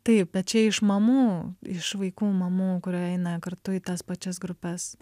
taip bet čia iš mamų iš vaikų mamų kurie eina kartu į tas pačias grupes